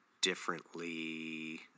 differently